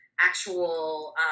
actual